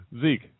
Zeke